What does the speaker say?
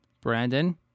Brandon